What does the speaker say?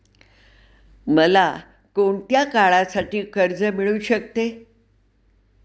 मला कोणत्या काळासाठी कर्ज मिळू शकते?